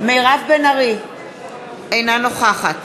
אינה נוכחת